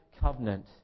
covenant